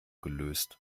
gelöst